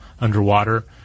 underwater